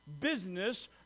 business